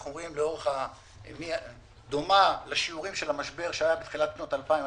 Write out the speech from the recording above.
רואים שהיא דומה לשיעורים של המשבר שהיה בתחילת שנות ה-2000,